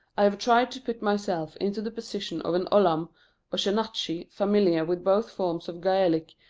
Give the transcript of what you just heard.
i have tried to put myself into the position of an ollamh or sheenachie familiar with both forms of gaelic,